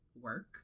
work